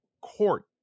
court